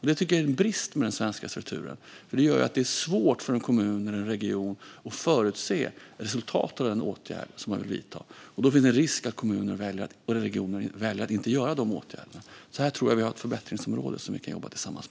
Det är en brist i den svenska strukturen. Det gör det svårt för en kommun eller region att förutse resultatet av en åtgärd som man vill vidta. Då finns det en risk att kommuner eller regioner väljer att inte vidta åtgärderna. Det tror jag är ett förbättringsområde som vi kan jobba med tillsammans.